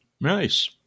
Nice